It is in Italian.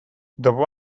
dopo